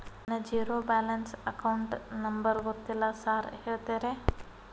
ನನ್ನ zero balance account number ಗೊತ್ತಿಲ್ಲ sir ಹೇಳ್ತೇರಿ?